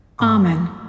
Amen